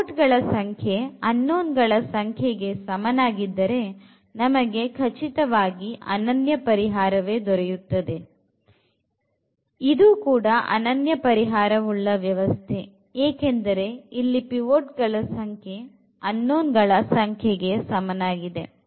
pivot ಗಳ ಸಂಖ್ಯೆ unknown ಗಳ ಸಂಖ್ಯೆಗೆ ಸಮನಾಗಿದ್ದರೆ ನಮಗೆ ಖಚಿತವಾಗಿ ಅನನ್ಯ ಪರಿಹಾರವೇ ದೊರೆಯುತ್ತದೆ ಇದು ಕೂಡ ಅನನ್ಯ ಪರಿಹಾರ ಉಳ್ಳ ವ್ಯವಸ್ಥೆ ಏಕೆಂದರೆ ಇಲ್ಲಿ ಪಿವೊಟ್ ಗಳ ಸಂಖ್ಯೆ unknown ಗಳ ಸಂಖ್ಯೆಗೆ ಸಮನಾಗಿದೆ